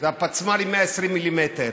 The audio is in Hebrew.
וזה מהפצמ"רים 120 מ"מ.